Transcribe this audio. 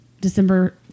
December